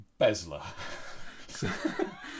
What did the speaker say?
bezler